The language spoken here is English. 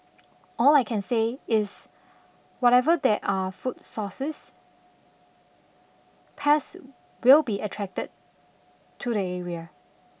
all I can say is whatever there are food sources pests will be attracted to the area